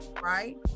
right